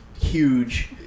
huge